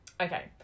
Okay